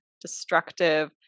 destructive